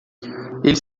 ele